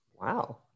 Wow